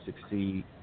succeed